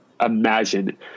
imagine